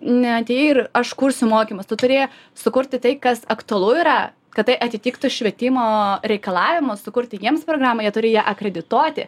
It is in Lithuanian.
neatėjai ir aš kursiu mokymus tu turi sukurti tai kas aktualu yra kad tai atitiktų švietimo reikalavimus sukurti jiems programą jie turi ją akredituoti